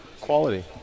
Quality